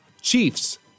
Chiefs